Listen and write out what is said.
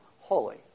holy